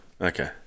Okay